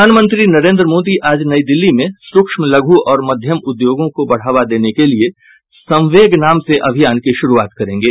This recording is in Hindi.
प्रधानमंत्री नरेन्द्र मोदी आज नई दिल्ली में सूक्ष्म लघु और मध्यम उद्योगों को बढ़ावा देने के लिए संवेग नाम से अभियान की शुरूआत करेंगे